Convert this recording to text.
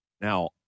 Now